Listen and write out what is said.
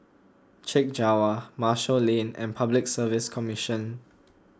Chek Jawa Marshall Lane and Public Service Commission